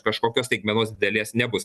kažkokios staigmenos didelės nebus